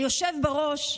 היושב בראש,